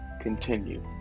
continue